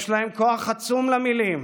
יש להן כוח עצום, למילים,